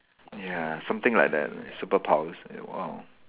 ya something like that superpowers eh !wow!